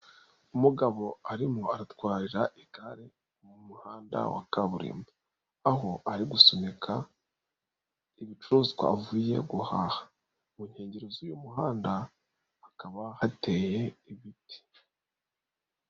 Umugabo arimo atwarira igare mu muhanda wa kaburimbo. Aho ari gusumeka ibicuruzwa avuye guhaha mu nkengero z'uyu muhanda hakaba hateye ibiti.